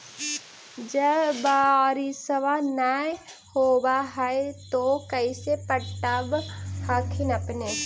जब बारिसबा नय होब है तो कैसे पटब हखिन अपने?